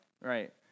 Right